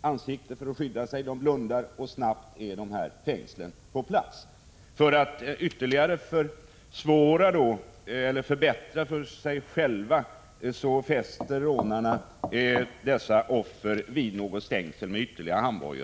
ansiktet med händerna och blundar samtidigt. Snabbt fäster rånarna då dessa fängsel på offren. För att ytterligare försvåra larmandet för offren och förbättra för sig själva fäster rånarna offren vid något stängsel med ytterligare handbojor.